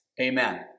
amen